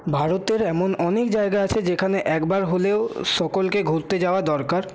ভারতের এমন অনেক জায়গা আছে যেখানে একবার হলেও সকলকে ঘুরতে যাওয়া দরকার